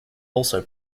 also